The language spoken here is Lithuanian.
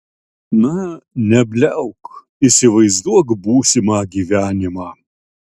na nebliauk įsivaizduok būsimą gyvenimą